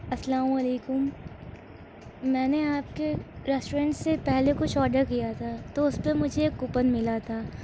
السّلام علیکم میں نے آپ کے ریسٹورنٹ سے پہلے کچھ آڈر کیا تھا تو اس پہ مجھے ایک کوپن ملا تھا